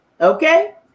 Okay